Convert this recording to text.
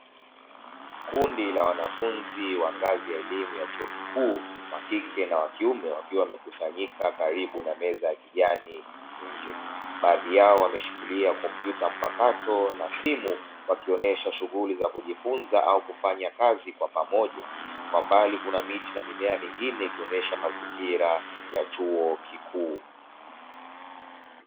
Kundi la wanafunzi wa ngazi ya elimu ya chuo kikuu wakike na wakiume wakiwa wamekusanyika karibu na meza ya kijani nje, baadhi yao wameshikilia kompyuta mpakato na simu wakionyesha shughuli za kujifunza au kufanya kazi kwa pamoja. Kwa mbali kuna miti na mimea mingine ikionyesha mazingira ya chuo kikuu.